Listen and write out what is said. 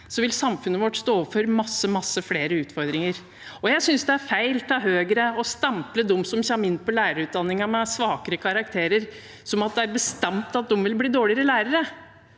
vil samfunnet vårt stå overfor mange flere utfordringer. Jeg synes det er feil av Høyre å stemple dem som kommer inn på lærerutdanningen med svakere karakterer, som om det er bestemt at de vil bli dårligere lærere.